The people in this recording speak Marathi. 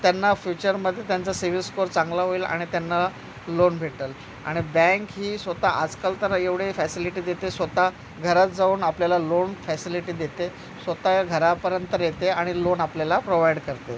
त्यांना फ्युचरमध्ये त्यांचा सेवि स्कोअर चांगला होईल आणि त्यांना लोन भेटेल आणि बँक ही स्वतः आजकाल तर एवढे फॅसिलिटी देते स्वतः घरात जाऊन आपल्याला लोन फॅसिलिटी देते स्वतः घरापर्यंत येते आणि लोन आपल्याला प्रोवाइड करते